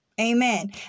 Amen